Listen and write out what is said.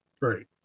Right